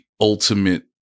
ultimate